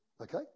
Okay